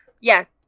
Yes